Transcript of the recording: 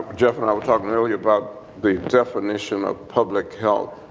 jeff and i were talking earlier about the definition of public health.